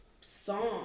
song